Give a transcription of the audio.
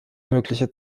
mögliche